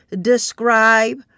Describe